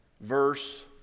verse